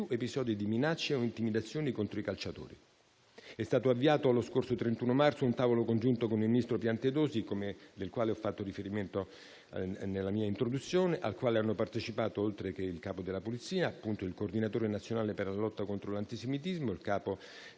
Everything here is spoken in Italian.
episodi di minacce o intimidazioni contro i calciatori. È stato avviato lo scorso 31 marzo un tavolo congiunto con il ministro Piantedosi, al quale ho fatto riferimento nella mia introduzione, al quale hanno partecipato oltre che il Capo della polizia, il coordinatore nazionale per la lotta contro l'antisemitismo, il Capo